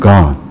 God